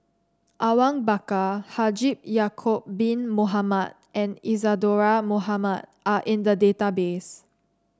Awang Bakar Haji Ya'acob Bin Mohamed and Isadhora Mohamed are in the database